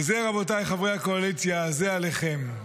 וזה, רבותיי חברי הקואליציה, זה עליכם.